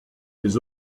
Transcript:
les